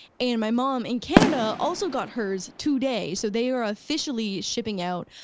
and my mom in canada also got hers today, so they are officially shipping out,